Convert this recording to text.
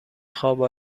خواب